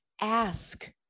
ask